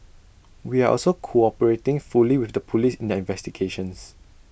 we are also cooperating fully with the Police in their investigations